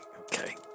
okay